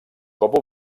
cop